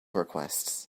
requests